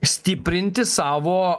stiprinti savo